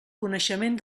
coneixement